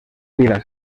vila